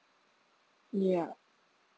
yup